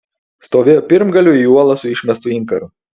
stovėjo pirmagaliu į uolą su išmestu inkaru